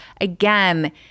again